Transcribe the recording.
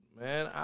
Man